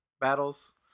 battles